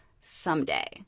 someday